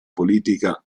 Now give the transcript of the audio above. politica